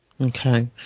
Okay